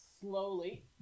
slowly